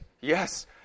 Yes